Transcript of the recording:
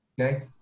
okay